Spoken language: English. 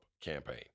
campaign